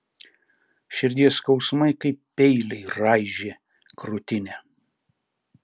širdies skausmai kaip peiliai raižė krūtinę